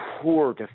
poor